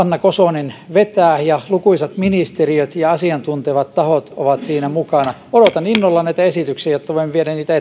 hanna kosonen vetää ja lukuisat ministeriöt ja asiantuntevat tahot ovat siinä mukana odotan innolla esityksiä jotta voimme viedä niitä